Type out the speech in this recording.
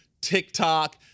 TikTok